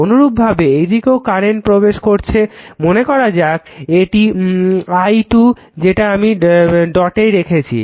অনুরূপভাবে এইদিকেও কারেন্ট প্রবেশ করছে মনে করা যাক এটা i 2 যেটা আমি ডটে রেখেছি